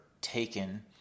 taken